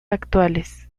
actuales